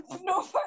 No